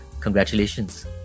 Congratulations